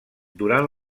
durant